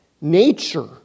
nature